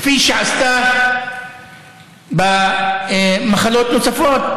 כפי שעשתה במחלות נוספות?